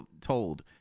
told